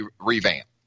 revamp